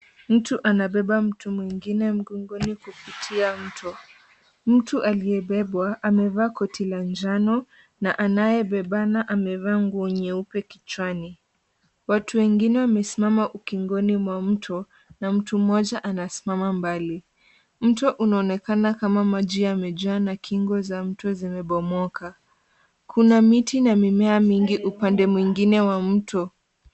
Mtu anabeba mtu mwingine mgongoni kupitia mto. Mtu aliyebebwa amevaa koti la njano, na anayebebana amevaa nguo nyeupe kichwani. Watu wengine wamesimama ukingoni mwa mto, na mtu mmoja anasimama mbali. Mto unaonekana kama maji yamejaa na kingo za mto zimebomoka. Kuna miti na mimea mingi upande mwingine wa mto.